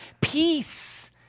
peace